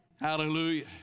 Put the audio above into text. Hallelujah